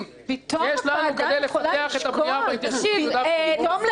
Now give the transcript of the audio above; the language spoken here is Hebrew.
את הבנייה- - יו"ר הוועדה,